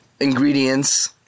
ingredients